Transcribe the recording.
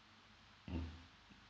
mm